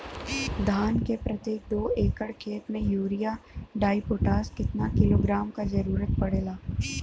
धान के प्रत्येक दो एकड़ खेत मे यूरिया डाईपोटाष कितना किलोग्राम क जरूरत पड़ेला?